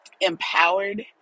empowered